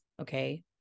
Okay